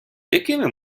якими